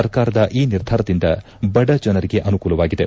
ಸರ್ಕಾರದ ಈ ನಿರ್ಧಾರದಿಂದ ಬಡಜನರಿಗೆ ಅನುಕೂಲವಾಗಿದೆ